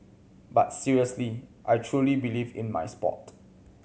but seriously I truly believe in my sport